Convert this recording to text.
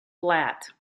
flat